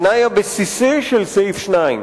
התנאי הבסיסי של סעיף 2,